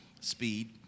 speed